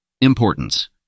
Importance